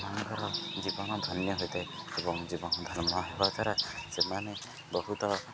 ସେମାନଙ୍କର ଜୀବନ ଧନ୍ୟ ହୋଇଥାଏ ଏବଂ ଜୀବନ ଧର୍ମ ହେବା ଦ୍ୱାରା ସେମାନେ ବହୁତ